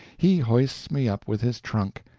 he hoists me up with his trunk,